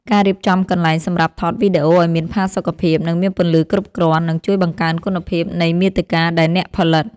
ការរៀបចំកន្លែងសម្រាប់ថតវីដេអូឱ្យមានផាសុកភាព និងមានពន្លឺគ្រប់គ្រាន់ នឹងជួយបង្កើនគុណភាពនៃមាតិកាដែលអ្នកផលិត។